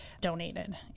donated